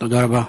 תודה רבה.